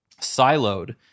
siloed